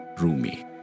Rumi